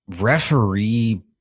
referee